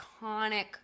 iconic